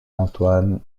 antoine